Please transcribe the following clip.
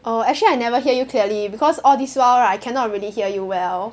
oh actually I never hear you clearly because all this while right I cannot really hear you well